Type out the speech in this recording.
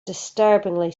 disturbingly